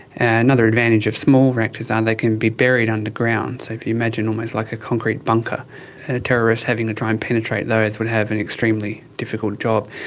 and another advantage of small reactors are ah they can be buried underground, so if you imagine almost like a concrete bunker and a terrorist having to try and penetrate those would have an extremely difficult job.